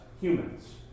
humans